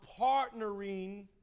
partnering